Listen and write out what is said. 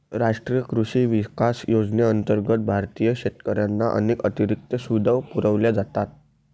राष्ट्रीय कृषी विकास योजनेअंतर्गत भारतीय शेतकऱ्यांना अनेक अतिरिक्त सुविधा पुरवल्या जातात